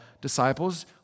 disciples